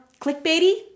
clickbaity